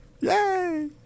Yay